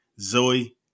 Zoe